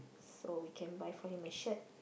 so we can buy for him a shirt